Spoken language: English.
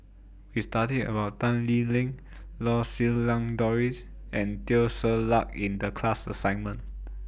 We studied about Tan Lee Leng Lau Siew Lang Doris and Teo Ser Luck in The class assignment